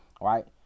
right